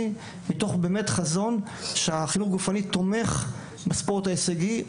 מתוך חזון שהחינוך הגופני תומך בספורט ההישגי,